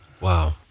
Wow